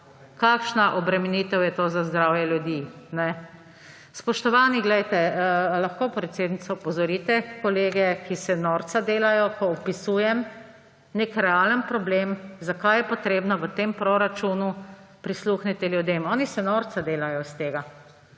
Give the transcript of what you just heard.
kakšna obremenitev je to za zdravje ljudi. Spoštovani, poglejte! Ali lahko, predsednica, opozorite kolege, ki se norca delajo, ko opisujem nek realen problem, zakaj je potrebno v tem proračunu prisluhniti ljudem? Oni se norca delajo iz tega.